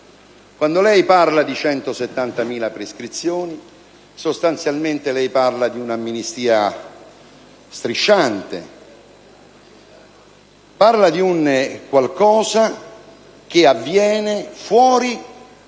Quando lei parla di 170.000 prescrizioni, sostanzialmente parla di un'amnistia strisciante; parla di un qualcosa che avviene al di